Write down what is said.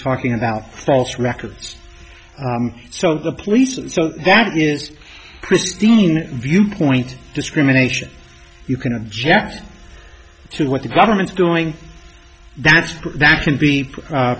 talking about false records so the police so that is christina viewpoint discrimination you can object to what the government's doing that's that can be